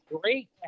great